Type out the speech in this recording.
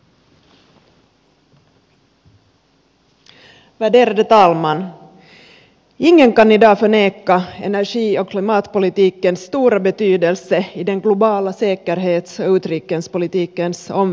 ingen kan i dag förneka energi och klimatpolitikens stora betydelse i den globala säkerhets och utrikespolitikens omvärld